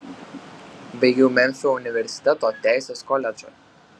baigiau memfio universiteto teisės koledžą